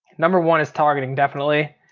number one is targeting, definitely.